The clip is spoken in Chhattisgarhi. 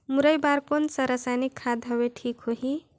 मुरई बार कोन सा रसायनिक खाद हवे ठीक होही?